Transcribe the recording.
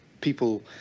people